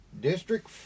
District